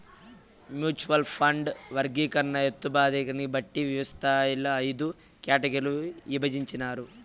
mutual ఫండ్ల వర్గీకరణ, హేతబద్ధీకరణని బట్టి విస్తృతస్థాయిలో అయిదు కేటగిరీలుగా ఇభజించినారు